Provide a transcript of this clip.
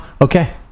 Okay